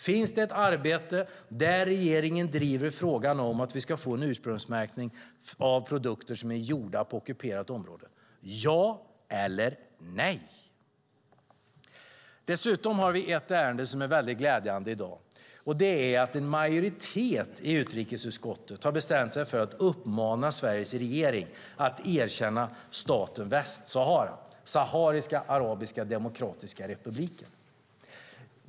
Finns det ett arbete där regeringen driver frågan om att vi ska få en ursprungsmärkning av produkter som är gjorda på ockuperat område - ja eller nej? Det är en sak som är väldigt glädjande i dag, och det är att en majoritet i utrikesutskottet har bestämt sig för att uppmana Sveriges regering att erkänna staten Västsahara, Sahariska arabiska demokratiska republiken.